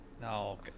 No